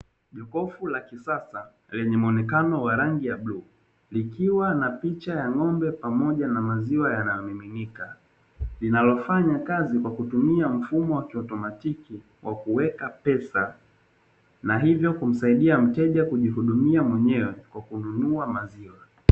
Jokofu la kisasa lenye muonekano wa rangi ya bluu, likiwa na picha ya ng'ombe pamoja na maziwa yanayomiminika, linalofanyakazi kwa kutumia mfumo wa kiauotimaki kwa kuweka pesa na hivyo kumsaidia mteja kujihudumia mwenyewe kwa kununua maziwa.